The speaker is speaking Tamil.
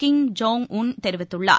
கிம் ஜோங் உன் தெரிவித்துள்ளார்